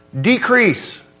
decrease